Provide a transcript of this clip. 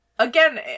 Again